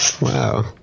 Wow